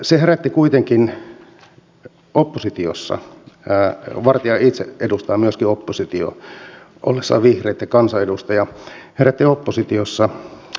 se herätti kuitenkin oppositiossa vartia itse edustaa myöskin oppositiota ollessaan vihreitten kansanedustaja närää